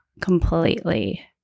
completely